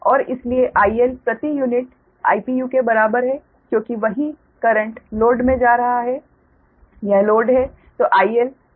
और इसलिए IL प्रति यूनिट I के बराबर है क्योंकि वही करंट लोड मे जा रहा है यह लोड है